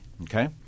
Okay